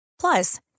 Plus